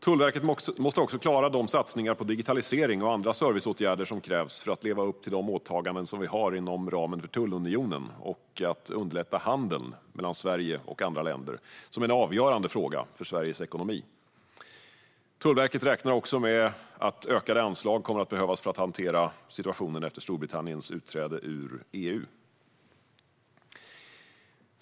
Tullverket måste också klara de satsningar på digitalisering och andra serviceåtgärder som krävs för att leva upp till de åtaganden som vi har inom ramen för tullunionen samt att underlätta handeln mellan Sverige och andra länder, vilket är en avgörande fråga för Sveriges ekonomi. Tullverket räknar också med att ökade anslag kommer att behövas för att hantera situationen efter Storbritanniens utträde ur EU.